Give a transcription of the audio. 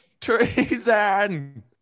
treason